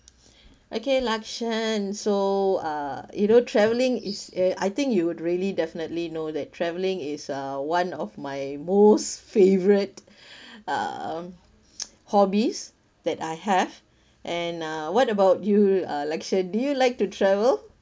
okay lakshen so uh you know travelling is a I think you would really definitely know that traveling is uh one of my most favorite uh hobbies that I have and uh what about you uh lakshen do you like to travel